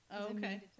okay